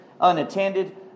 unattended